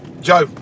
Joe